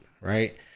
Right